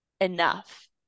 enough